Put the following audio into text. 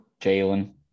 Jalen